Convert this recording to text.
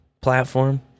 platform